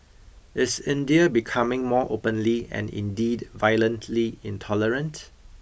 is India becoming more openly and indeed violently intolerant